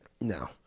No